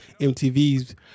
MTV's